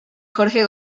jorge